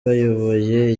bayoboye